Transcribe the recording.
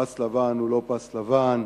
פס לבן הוא לא פס לבן,